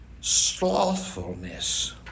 slothfulness